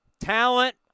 Talent